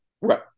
Right